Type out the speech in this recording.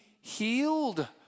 healed